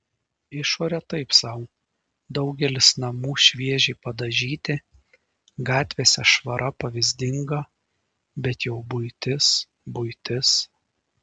išorė taip sau daugelis namų šviežiai padažyti gatvėse švara pavyzdinga bet jau buitis buitis